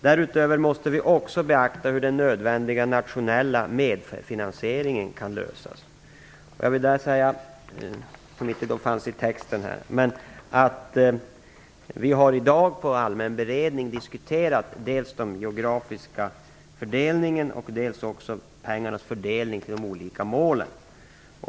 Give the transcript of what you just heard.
Därutöver måste vi också beakta hur den nödvändiga nationella medfinansieringen kan lösas. Vi har i dag vid den allmänna beredningen diskuterat dels den geografiska fördelningen, dels pengarnas fördelning till de olika målen.